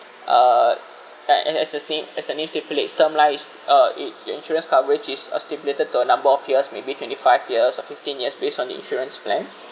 uh like an as the name as the name stipulates term life is uh it your insurance coverage is uh stipulated to a number of years maybe twenty five years of fifteen years based on the insurance plan